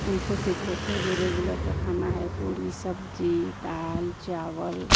उनसे सीखे थे जो रेगुलर का खाना है पूड़ी सब्ज़ी दाल चावल